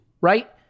right